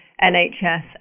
nhs